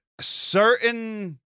certain